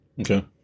Okay